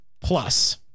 plus